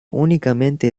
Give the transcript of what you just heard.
únicamente